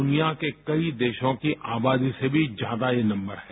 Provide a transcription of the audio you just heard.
दुनिया के कई देशों की आबादी से भी ज्यादा ये नम्बर है